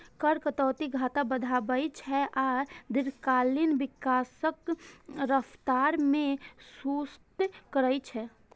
कर कटौती घाटा बढ़ाबै छै आ दीर्घकालीन विकासक रफ्तार कें सुस्त करै छै